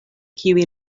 kiuj